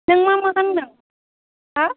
नों मा मा गानदों हा